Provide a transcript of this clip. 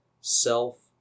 self